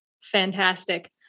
Fantastic